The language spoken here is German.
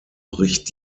bricht